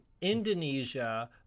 Indonesia